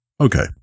Okay